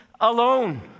alone